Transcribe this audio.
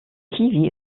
kiwi